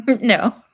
No